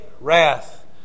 wrath